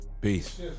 Peace